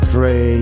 Dre